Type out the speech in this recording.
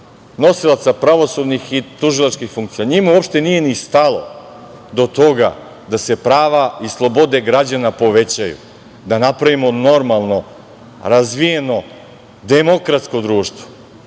nosilaca pravosudnih i tužilačkih funkcija. Njima uopšte nije ni stalo do toga da se prava i slobode građana povećaju, da napravimo normalno razvijeno demokratsko društvo.